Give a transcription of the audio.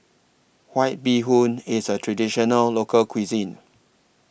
White Bee Hoon IS A Traditional Local Cuisine